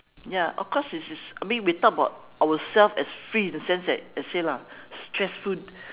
ya of course it is is I meant we talk about ourselves as free in the sense that I say lah stressful